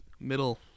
middle